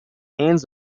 hands